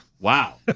Wow